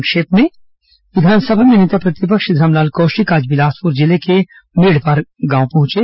संक्षिप्त समाचार विधानसभा में नेता प्रतिपक्ष धरमलाल कौशिक आज बिलासपुर जिले के मेढ़पार गांव पहुंचे